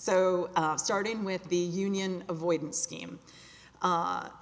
so starting with the union avoidance scheme